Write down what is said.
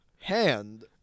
Hand